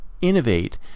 innovate